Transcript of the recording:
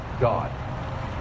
God